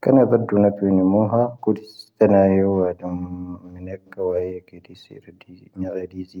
ⴽⴻⵏⴻ ⴱⴰⵜⵏⵉ ⵀⴰⵜⵉ ⵎⵓⵀⴰ ⵇⵓⴷⵙ ⵉⵜⵙ ⵜⴰⵏⴰ ⵀⴻⵡⴰ ⴷⵉⵎ ⵉⵙ ⴻⵏⵉⵢⴻⵜⵜⵉ ⵉⵉⵀⵀ ⵎⴰⴷⴷⴻⵀ ⴻⴻⴻⴻⵀ ⵔⴰⴽⴽⴰⵏⴰ